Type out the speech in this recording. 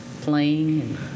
playing